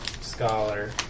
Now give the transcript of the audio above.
scholar